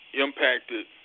impacted